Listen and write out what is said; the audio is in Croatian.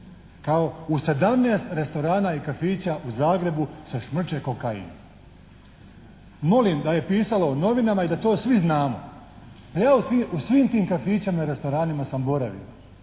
Kao, u 17 restorana i kafića u Zagrebu se šmrče kokain. Molim da je pisano u novinama i da to svi znamo. Evo, u svim tim kafićima i restoranima sam boravio.